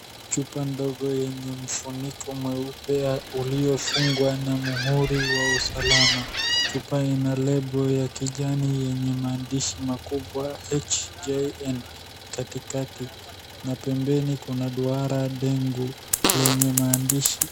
Chupa ndogo yenye mfuniko mweupe uliofungwa na muhuri wa usalama. Chupa ina label ya kijani yenye maandishi makubwa HJN katikati, na pembeni kuna duara dengu lenye maandishi